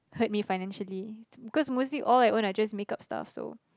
hurt me financially cause mostly all I own is just makeup stuff so you know